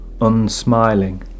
unsmiling